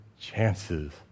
chances